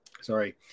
sorry